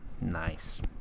Nice